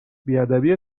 بیادبی